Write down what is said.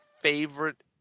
favorite